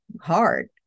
hard